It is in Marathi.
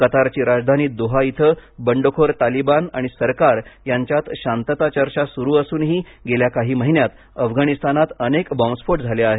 कतारची राजधानी दोहा येथे बंडखोर तालिबान आणि सरकार यांच्यात शांतता चर्चा सुरू असूनही गेल्या काही महिन्यांत अफगाणिस्तानात अनेक बॉम्बस्फोट झाले आहेत